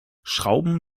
schrauben